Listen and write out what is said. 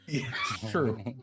True